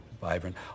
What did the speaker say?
vibrant